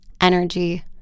energy